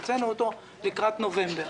הוצאנו אותו לקראת נובמבר.